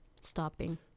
stopping